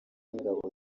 ingabo